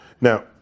Now